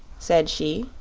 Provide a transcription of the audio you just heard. said she,